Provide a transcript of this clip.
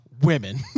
Women